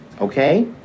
Okay